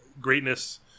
greatness